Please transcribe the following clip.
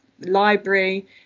library